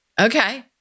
Okay